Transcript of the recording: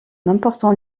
important